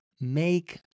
make